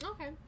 okay